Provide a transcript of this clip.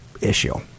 issue